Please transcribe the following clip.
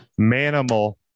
manimal